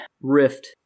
rift